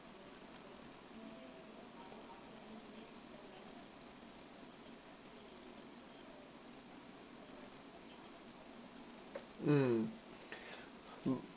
mm